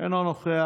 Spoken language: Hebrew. אינו נוכח.